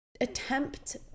attempt